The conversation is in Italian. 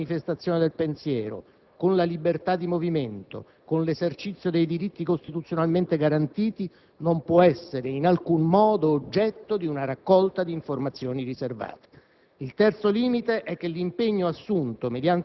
e tutto ciò che ha a che fare con la libera manifestazione del pensiero, con la libertà di movimento, con l'esercizio dei diritti costituzionalmente garantiti non può essere in alcun modo oggetto di una raccolta di informazioni riservate.